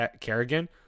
Kerrigan